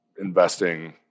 investing